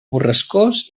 borrascós